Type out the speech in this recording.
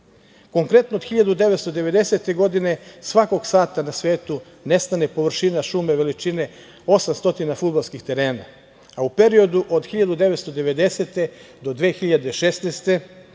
Konkretno, od 1990. godine, svakog sata na svetu nestane površina šume veličine 800 fudbalskih terena, a u periodu od 1990 do 2016. godine,